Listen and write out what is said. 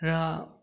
र